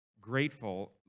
grateful